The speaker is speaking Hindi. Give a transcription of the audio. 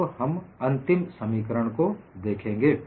अब हम अंतिम समीकरण को देखेंगे